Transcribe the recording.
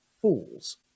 fools